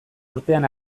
urtean